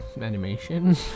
animation